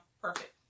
Perfect